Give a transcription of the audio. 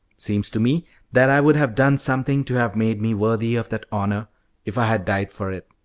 seems to me that i would have done something to have made me worthy of that honour if i had died for it!